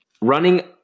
running